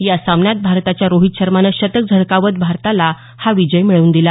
या सामन्यात भारताच्या रोहित शर्मानं शतक झळकावत भारताला हा विजय मिळवून दिला